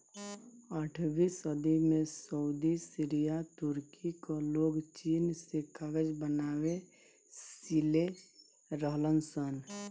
आठवीं सदी में सऊदी, सीरिया, तुर्की कअ लोग चीन से कागज बनावे सिले रहलन सन